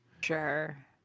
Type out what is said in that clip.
Sure